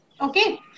Okay